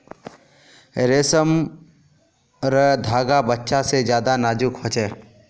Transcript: रेसमर धागा बच्चा से ज्यादा नाजुक हो छे